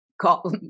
call